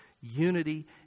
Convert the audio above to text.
unity